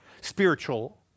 Spiritual